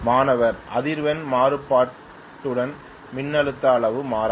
மாணவர் அதிர்வெண் மாறுபாட்டுடன் மின்னழுத்த அளவு மாறாது